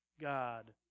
God